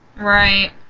Right